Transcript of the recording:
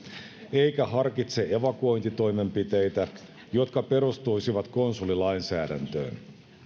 eikä harkitse evakuointitoimenpiteitä jotka perustuisivat konsulilainsäädäntöön